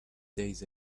days